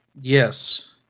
Yes